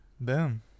Boom